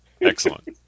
Excellent